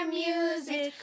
music